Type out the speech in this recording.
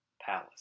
palace